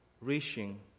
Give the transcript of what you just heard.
reaching